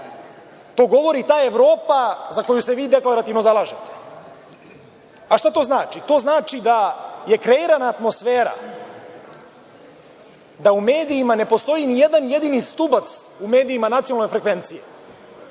To govori ta Evropa za koju se vi deklarativno zalažete. Šta to znači? To znači da je kreirana atmosfera da u medijima ne postoji nijedan jedini stubac u medijima nacionalne frekvencije,